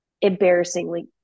embarrassingly